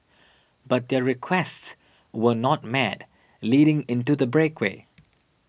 but their requests were not met leading into the breakaway